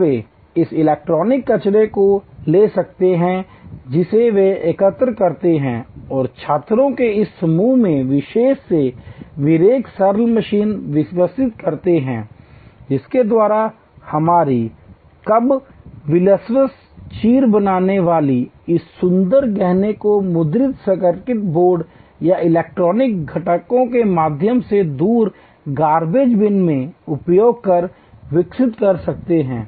और वे इस इलेक्ट्रॉनिक कचरे को ले सकते हैं जिसे वे एकत्र करते हैं और छात्रों के इस समूह में विशेष रूप से विवेक सरल मशीन विकसित करते हैं जिसके द्वारा हमारे कबलिवाल्स चीर बीनने वाले इस सुंदर गहने को मुद्रित सर्किट बोर्ड या इलेक्ट्रॉनिक घटकों के माध्यम से दूर गारबेज बिन में उपयोग कर विकसित कर सकते हैं